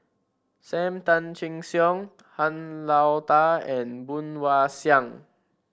Sam Tan Chin Siong Han Lao Da and Woon Wah Siang